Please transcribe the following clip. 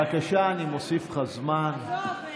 בבקשה, אני מוסיף לך זמן.